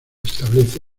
establece